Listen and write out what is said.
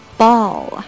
ball